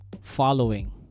following